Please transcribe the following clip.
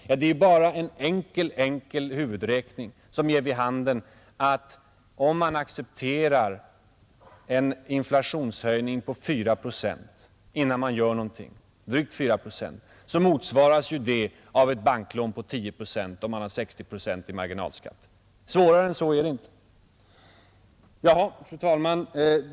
Ja, det är ju bara en mycket enkel huvudräkning som ger vid handen att om man accepterar en inflationshöjning på drygt 4 procent, innan man gör någonting, så motsvaras det av ett banklån på 10 procent, om man har 60 procent i marginalskatt. Svårare än så är det inte. Fru talman!